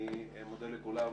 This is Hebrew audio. אני מודה לכולם.